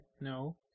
No